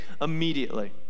immediately